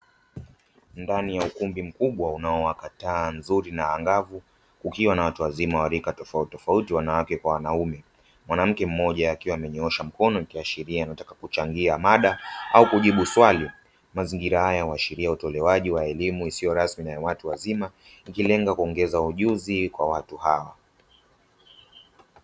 Ndani ya ukumbi mkubwa unaowaka taa nzuri na angavu, kukiwa na watu wazima wa rika tofautitofauti, wanawake kwa wanaume. Mwanamke mmoja akiwa amenyoosha mkono, akiashiria anataka kuchangia mada au kujibu swali. Mazingira haya huashiria utolewaji wa elimu isiyo rasmi na ya watu wazima, ikilenga kuongeza ujuzi kwa watu hawa.